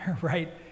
Right